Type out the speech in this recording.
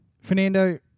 Fernando